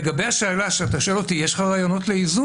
לגבי השאלה שאתה שואל אם יש לי רעיונות לאיזון,